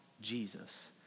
Jesus